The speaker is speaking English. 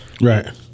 Right